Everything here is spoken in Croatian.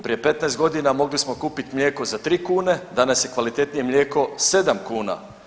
Prije 15 godina mogli smo kupiti mlijeko za 3 kune, danas je kvalitetnije mlijeko 7 kuna.